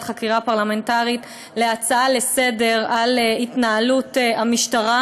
חקירה פרלמנטרית להצעה לסדר-היום על התנהלות המשטרה.